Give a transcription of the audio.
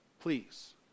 Please